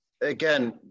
again